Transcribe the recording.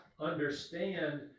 understand